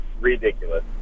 ridiculous